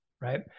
Right